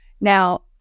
Now